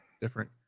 different